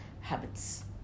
habits